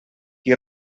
qui